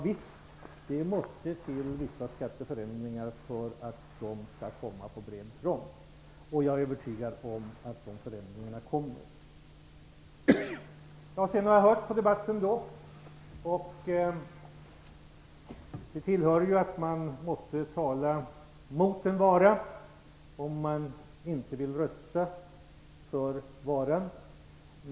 Visst måste det till vissa skatteförändringar för att biobränslen skall kunna introduceras på bred front. Jag är övertygad om att de förändringarna kommer. Jag har hört på debatten. Det hör till att man måste tala mot en vara om man inte vill rösta för varan.